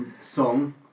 song